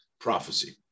prophecy